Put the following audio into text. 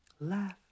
Laugh